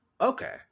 Okay